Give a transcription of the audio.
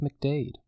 mcdade